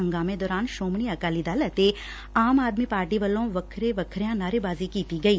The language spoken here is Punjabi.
ਹੁੰਗਾਮੇ ਦੌਰਾਨ ਸ੍ਰੋਮਣੀ ਅਕਾਲੀ ਦਲ ਅਤੇ ਆਮ ਆਦਮੀ ਪਾਰਟੀ ਵੱਲੋਂ ਵੱਖਰੇ ਵਖਰਿਆਂ ਨਾਅਰੇਬਾਜ਼ੀ ਕੀਤੀ ਗਈ